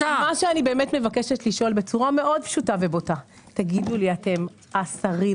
מאוד פשוטה ובוטה תגידו לי אתם השרים,